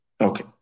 Okay